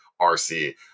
RC